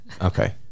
Okay